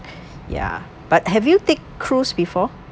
ya but have you taken cruise before